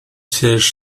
siège